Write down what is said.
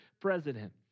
President